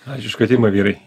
ačiū už kvietimą vyrai